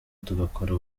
tugakora